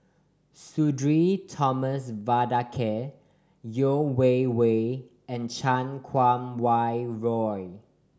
Sudhir Thomas Vadaketh Yeo Wei Wei and Chan Kum Wah Roy